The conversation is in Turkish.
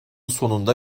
sonunda